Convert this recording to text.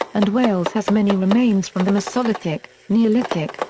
and wales has many remains from the mesolithic, neolithic,